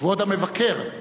כבוד המבקר.